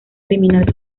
criminal